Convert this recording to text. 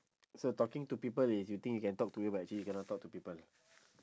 so talking to people is you think you can talk to eh but actually you cannot talk to people lah